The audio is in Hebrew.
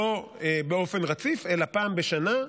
לא באופן רציף אלא פעם בשנה,